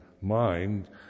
mind